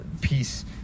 peace